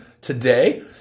today